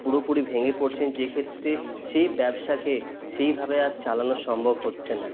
পুরোপুরি ভেঙে পরছেন যে ক্ষেত্রে সেই ব্যবসাকে সেই ভাবে আর চালানো সম্ভব হচ্ছে না